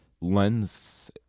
lens